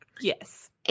Yes